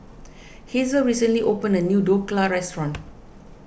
Hazel recently opened a new Dhokla restaurant